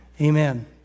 amen